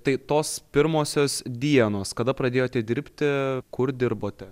tai tos pirmosios dienos kada pradėjote dirbti kur dirbote